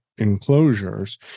enclosures